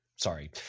Sorry